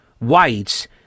whites